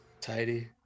Tidy